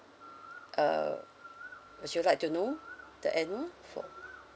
uh would you like to know the annual for